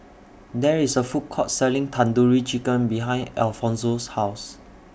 There IS A Food Court Selling Tandoori Chicken behind Alfonzo's House